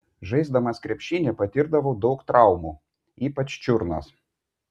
žaisdamas krepšinį patirdavau daug traumų ypač čiurnos